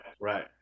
Right